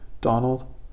Donald